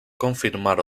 confirmar